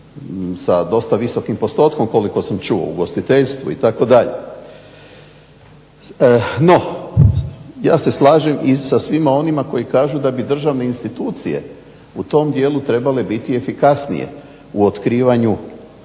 sa dosta visokim postotkom koliko sam čuo, u ugostiteljstvu itd. No, ja se slažem i sa svima onima koji kažu da bi državne institucije u tom dijelu trebale biti efikasnije u otkrivanju